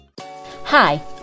Hi